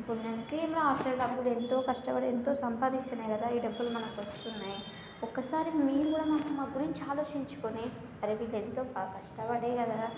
ఇప్పుడు మాకి ఆ డబ్బులు ఎంతో కష్టపడి ఎంతో సంపాదిస్తే కదా ఈ డబ్బులు మనకు వస్తున్నాయి ఒకసారి మీరు కూడా మాకు మా గురించి ఆలోచించుకొని అరే వీళ్ళు ఎంతో బాగా కష్టపడి కదరా